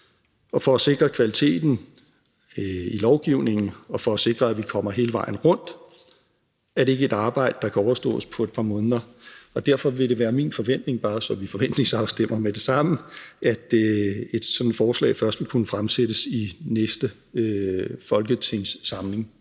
Og for at sikre kvaliteten i lovgivningen og for at sikre, at vi kommer hele vejen rundt, er det ikke et arbejde, der kan overstås på et par måneder. Derfor vil det være min forventning – bare så vi forventningsafstemmer med det samme – at et sådant forslag først vil kunne fremsættes i næste folketingssamling.